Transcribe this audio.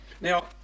Now